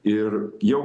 ir jau